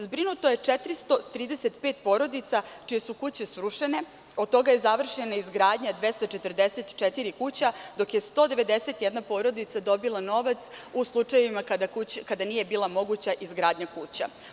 Zbrinuto je 435 porodica čije su kuće srušene, od toga je završena izgradnja 244 kuće, dok je 191 porodica dobila novac u slučajevima kada nije bila moguća izgradnja kuća.